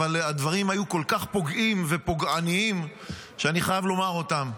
אבל הדברים היו כל כך פוגעים ופוגעניים שאני חייב לומר אותם.